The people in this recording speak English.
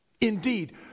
indeed